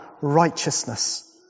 righteousness